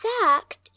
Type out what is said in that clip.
fact